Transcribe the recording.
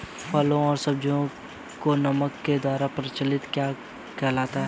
फलों व सब्जियों को नमक के द्वारा परीक्षित करना क्या कहलाता है?